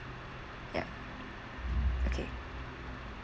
ya okay